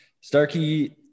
Starkey